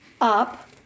up